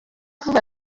vuba